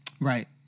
right